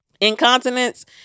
Incontinence